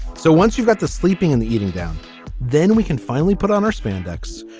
so once you've got the sleeping in the eating down then we can finally put on our spandex.